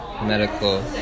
medical